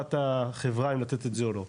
לבחירת החברה, אם לתת את זה, או לא.